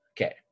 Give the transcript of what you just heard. Okay